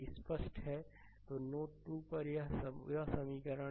slide समय देखें 2001 तो नोड 2 पर यह वह समीकरण है